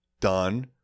done